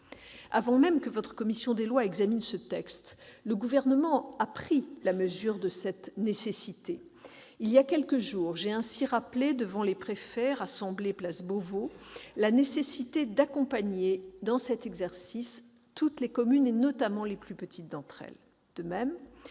Avant même que votre commission des lois n'examine ce texte, le Gouvernement a pris la mesure de cette nécessité. Voilà quelques jours, j'ai ainsi rappelé devant les préfets, réunis place Beauvau, la nécessité d'accompagner dans cet exercice toutes les communes, notamment les plus petites d'entre elles. De même,